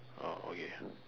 uh okay